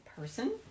person